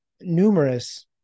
numerous